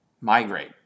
migrate